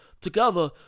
together